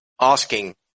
asking